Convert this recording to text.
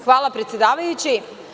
Hvala predsedavajući.